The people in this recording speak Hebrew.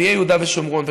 ערביי יהודה ושומרון,